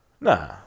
Nah